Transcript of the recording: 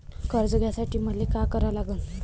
कर्ज घ्यासाठी मले का करा लागन?